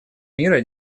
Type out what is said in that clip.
мира